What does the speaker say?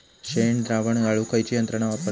शेणद्रावण गाळूक खयची यंत्रणा वापरतत?